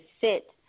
sit